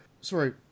sorry